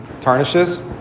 tarnishes